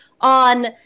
on